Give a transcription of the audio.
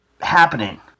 happening